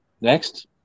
Next